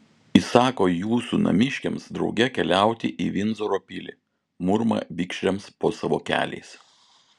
įsako jūsų namiškiams drauge keliauti į vindzoro pilį murma vikšriams po savo keliais